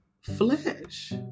flesh